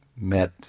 met